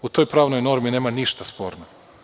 U toj pravnoj normi nema ništa sporno.